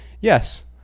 Yes